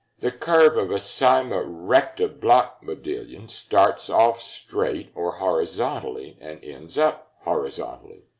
the curve of a cyma recta block modillion starts off straight or horizontally and ends up horizontally.